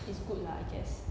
is good lah I guess